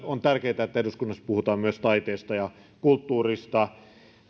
tärkeää että eduskunnassa puhutaan myös taiteesta ja kulttuurista